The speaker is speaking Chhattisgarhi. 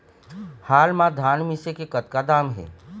हाल मा धान मिसे के कतका दाम हे?